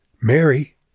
Mary